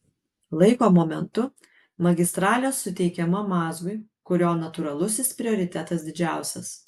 laiko momentu magistralė suteikiama mazgui kurio natūralusis prioritetas didžiausias